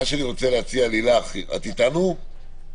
לילך, את איתנו?